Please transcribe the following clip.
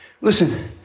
Listen